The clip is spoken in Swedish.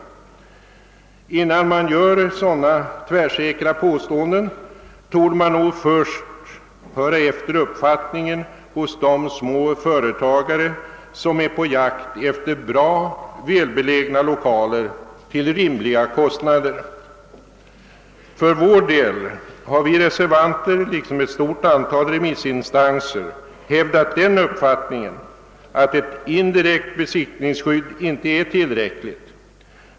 Innan man gör sådana tvärsäkra påståenden borde man dock först höra efter uppfattningarna hos de små företagare som är på jakt efter bra, välbelägna 1okaler till rimliga kostnader. Vi reservanter har liksom ett stort antal remissinstanser hävdat den upp fattningen, att ett indirekt besittningsskydd inte är tillräckligt.